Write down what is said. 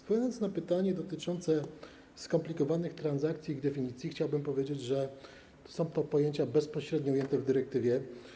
Odpowiadając na pytanie dotyczące skomplikowanych transakcji i ich definicji, chciałbym powiedzieć, że są to pojęcia bezpośrednio ujęte w dyrektywie.